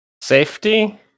safety